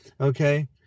Okay